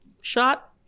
shot